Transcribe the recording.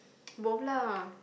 both lah